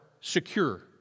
secure